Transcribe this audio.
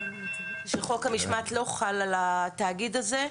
שחוק המשמעת לא חל על התאגיד הזה,